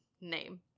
name